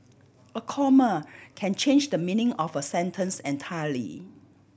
a comma can change the meaning of a sentence entirely